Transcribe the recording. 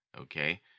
Okay